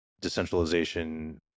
decentralization